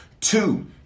Two